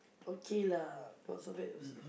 okay lah not so bad yourself